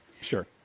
Sure